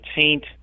taint